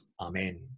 Amen